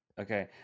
okay